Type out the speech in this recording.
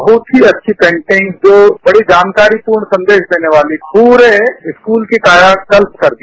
इहत ही अच्छी पॅटिंग जो बस्री जानकारी पूर्ण संदेश रेने वाली पूरेस्कूल की कायाकल्प कर दिया